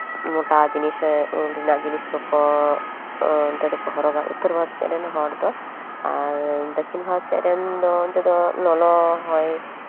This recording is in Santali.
ᱢᱳᱴᱟ ᱡᱤᱱᱤᱥ ᱦᱚᱸ ᱩᱞ ᱨᱮᱱᱟᱜ ᱡᱤᱱᱤᱥ ᱠᱚᱠᱚ ᱦᱚᱨᱚᱜᱟ ᱩᱛᱛᱚᱨ ᱵᱷᱟᱨᱚᱛ ᱥᱮᱫ ᱨᱮᱱ ᱦᱚᱲ ᱫᱚ ᱟᱨ ᱫᱚᱠᱠᱷᱤᱱ ᱵᱷᱟᱨᱚᱛ ᱥᱮᱜ ᱨᱮᱱ ᱫᱚ ᱚᱱᱛᱮ ᱫᱚ ᱞᱚᱞᱚ ᱦᱚᱭ